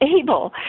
able